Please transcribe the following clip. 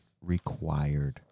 required